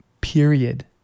period